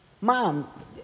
Mom